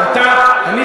אתה בא להטיף לנו מוסר.